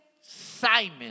Simon